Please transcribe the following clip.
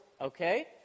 okay